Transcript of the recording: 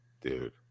Dude